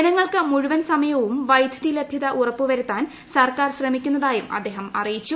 ജനങ്ങൾക്ക് മുഴുവൻ സമയവും വൈദ്യുതി ലഭ്യത ഉറപ്പുവരുത്താൻ സർക്കാർ ശ്രമിക്കുന്നതായും അദ്ദേഹം അറിയിച്ചു